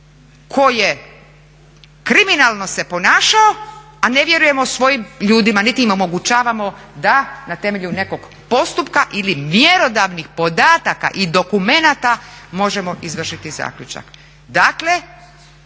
tko je kriminalno se ponašao a ne vjerujemo svojim ljudima niti im omogućavamo da na temelju nekog postupka ili vjerodavnih podataka i dokumenata možemo izvršiti zaključak.